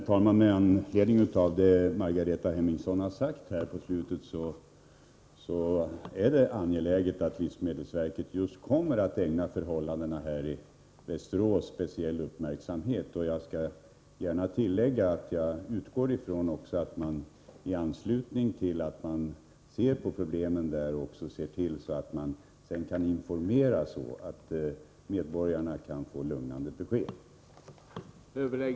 skogen. Med de försurningsskador och de skador som uppstått genom torrsomrar m.m., kan ett omfattande insektsangrepp betyda stora tillväxt förluster samt skogsdöd. Stora förluster uppstår för skogsägarna. Det är också fråga om betydande nationalekonomiska förluster samt stora miljömässiga konsekvenser.